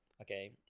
Okay